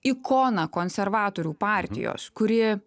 ikoną konservatorių partijos kuri